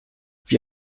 wie